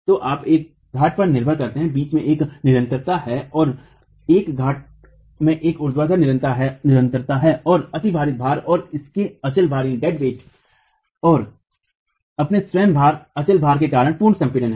तो आप एक घाट का निर्माण करते हैं बीच में एक निरंतरता है एक घाट में एक ऊर्ध्वाधर निरंतरता है और अतिभारित भार और इसके अचल भार और अपने स्वयं के अचल भार के कारण पूर्व संपीड़न है